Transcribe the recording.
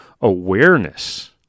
awareness